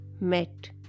met